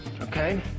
okay